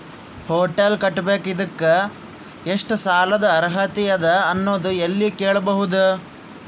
Hotel ಕಟ್ಟಬೇಕು ಇದಕ್ಕ ಎಷ್ಟ ಸಾಲಾದ ಅರ್ಹತಿ ಅದ ಅನ್ನೋದು ಎಲ್ಲಿ ಕೇಳಬಹುದು?